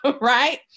right